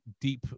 deep